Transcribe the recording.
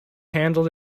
handled